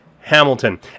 Hamilton